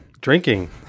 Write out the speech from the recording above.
Drinking